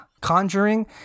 conjuring